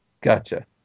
Gotcha